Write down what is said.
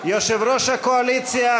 יושב-ראש הקואליציה,